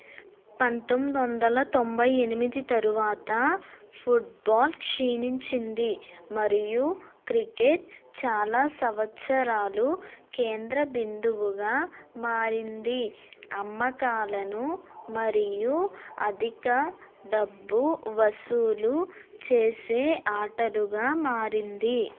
పంతొమ్మిది వందల తొంభై ఎనిమిది తరువాత ఫుట్బాల్ క్షీణించింది మరియు క్రికెట్ చాలా సంవత్సరాలు కేంద్ర బిందువుగా మారింది అమ్మకాలను మరియు అధిక డబ్బు వసూలు చేసే ఆటలుగా మారింది